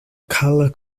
color